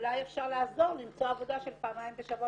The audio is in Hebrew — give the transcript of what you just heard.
אולי אפשר לעזור למצוא עבודה של פעמיים בשבוע